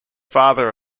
father